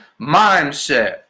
mindset